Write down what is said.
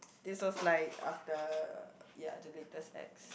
this was like after ya the latest ex